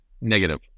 Negative